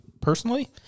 personally